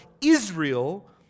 Israel